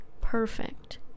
perfect